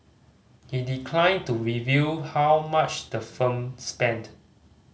he declined to reveal how much the firm spent